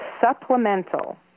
supplemental